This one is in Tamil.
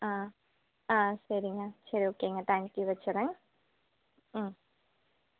ஆ ஆ சரிங்க சரி ஓகேங்க தேங்க் யூ வச்சிட்றேன் ம்